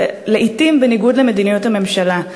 ולעתים בניגוד למדיניות הממשלה.